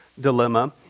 dilemma